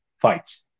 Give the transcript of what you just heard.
fights